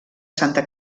santa